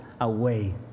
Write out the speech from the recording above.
away